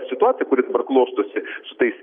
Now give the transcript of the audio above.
situacija kuri dabar klostosi su tais